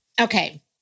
Okay